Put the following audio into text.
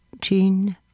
Jean